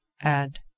add